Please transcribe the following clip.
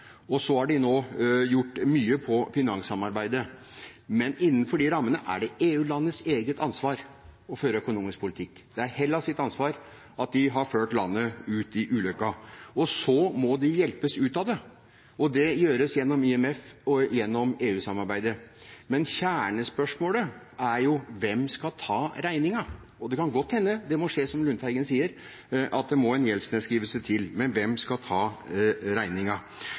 Så har de nå gjort mye på finanssamarbeidet, men innenfor de rammene er det EU-landenes eget ansvar å føre økonomisk politikk. Det er Hellas’ ansvar at de har ført landet ut i «uløkka». Så må de hjelpes ut av det, og det gjøres gjennom IMF og gjennom EU-samarbeidet. Men kjernespørsmålet er: Hvem skal ta regningen? Det kan godt hende, som Lundteigen sier, at det må en gjeldsnedskriving til. Men hvem skal ta